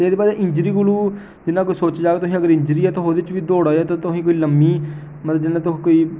एह्दी बजह् इंजरी कोलू जौल्ले तुस सोची लैओ इंजरी ऐ तुस ओह्दे च बी दौड़ा ते एह्दे चा तुसें गी कोई ल'म्मी